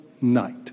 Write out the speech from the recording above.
night